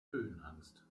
höhenangst